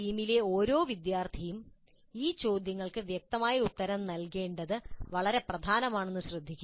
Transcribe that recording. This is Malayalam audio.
ടീമിലെ ഓരോ വിദ്യാർത്ഥിയും ഈ ചോദ്യങ്ങൾക്ക് വ്യക്തിഗതമായി ഉത്തരം നൽകേണ്ടത് വളരെ പ്രധാനമാണെന്ന് ശ്രദ്ധിക്കുക